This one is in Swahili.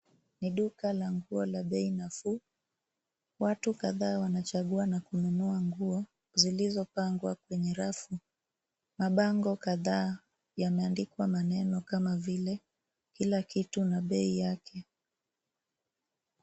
Ni duka la nguo la bei nafuu. Watu kadhaa wanachagua na kununua nguo zilizopangwa kwenye rafu. Mabango kadhaa yameandikwa maneno kama vile kila kitu na bei yake.